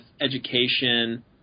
education